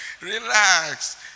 Relax